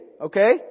okay